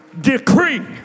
decree